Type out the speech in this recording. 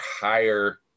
higher